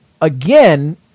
again